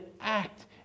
act